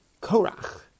Korach